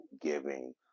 giving